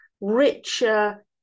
richer